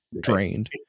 drained